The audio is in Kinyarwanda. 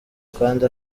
kandi